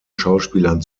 schauspielern